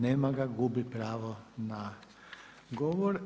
Nema ga, gubi pravo na govor.